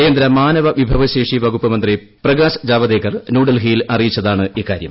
കേന്ദ്ര മാനവ വിഭവശേഷി വികസന വകുപ്പ് മന്ത്രി പ്രകാശ് ജാവദേക്കർ ന്യൂഡൽഹിയിൽ അറിയിച്ചതാണ് ഇക്കാര്യം